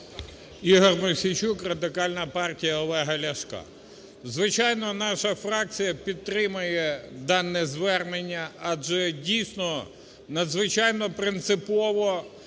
Ігор Мосійчук, Радикальна партія Олега Ляшка. Звичайно наша фракція підтримає дане звернення, адже дійсно надзвичайно принципово,